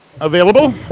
available